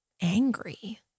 angry